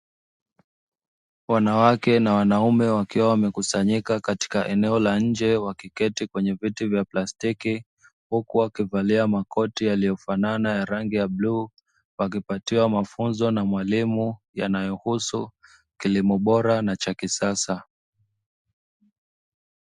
Wanawake na wanaume wakiwa wamekusanyika katika eneo la nje wakiketi kwenye viti vya plastiki, huku wakivalia makoti yaliyofanana ya rangi ya bluu, wakipatiwa mafunzo na mwalimu yanayohusu kilimo bora na cha kisasa.